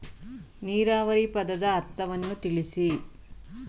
ನೀರಾವರಿ ಪದದ ಅರ್ಥವನ್ನು ತಿಳಿಸಿ?